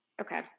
Okay